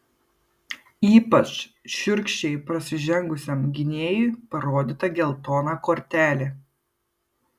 ypač šiurkščiai prasižengusiam gynėjui parodyta geltona kortelė